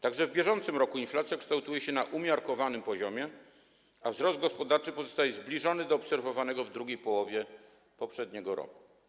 Także w bieżącym roku inflacja kształtuje się na umiarkowanym poziomie, a wzrost gospodarczy pozostaje zbliżony do obserwowanego w drugiej połowie poprzedniego roku.